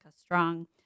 Strong